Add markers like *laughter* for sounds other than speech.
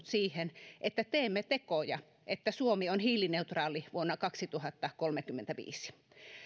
*unintelligible* siihen että teemme tekoja että suomi on hiilineutraali vuonna kaksituhattakolmekymmentäviisi